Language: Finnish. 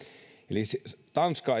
eli tanska